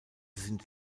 sind